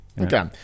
Okay